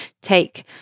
take